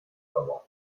tobą